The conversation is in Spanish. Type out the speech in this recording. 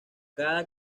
cada